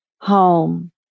home